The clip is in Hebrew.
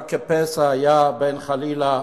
רק כפסע היה בין, חלילה,